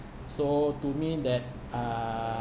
so to me that uh